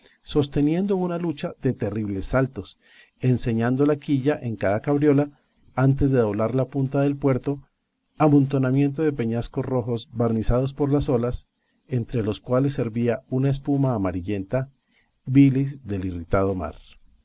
sosteniendo una lucha de terribles saltos enseñando la quilla en cada cabriola antes de doblar la punta del puerto amontonamiento de peñascos rojos barnizados por las olas entre los cuales hervía una espuma amarillenta bilis del irritado mar